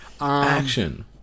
Action